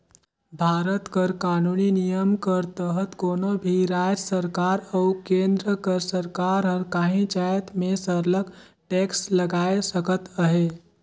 भारत कर कानूनी नियम कर तहत कोनो भी राएज सरकार अउ केन्द्र कर सरकार हर काहीं जाएत में सरलग टेक्स लगाए सकत अहे